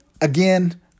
again